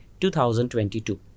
2022